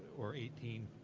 or eighteen?